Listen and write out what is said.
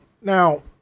now